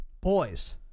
boys